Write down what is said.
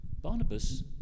Barnabas